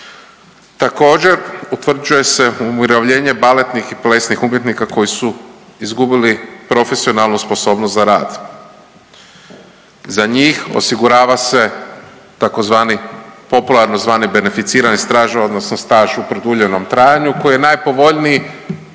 Također utvrđuje se umirovljenje baletnih i plesnih umjetnika koji su izgubili profesionalnu sposobnost za rad. Za njih osigurava se tzv. popularno zvani beneficirani staž odnosno staž u produljenom trajanju koji je najpovoljniji,